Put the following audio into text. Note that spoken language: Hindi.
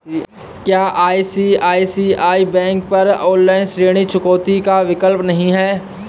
क्या आई.सी.आई.सी.आई बैंक के पास ऑनलाइन ऋण चुकौती का विकल्प नहीं है?